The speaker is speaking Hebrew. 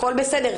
הכול בסדר,